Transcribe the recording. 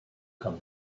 come